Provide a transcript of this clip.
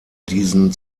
diesen